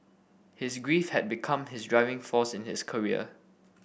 his grief had become his driving force in his career